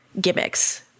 gimmicks